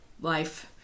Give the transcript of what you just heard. life